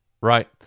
Right